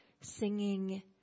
singing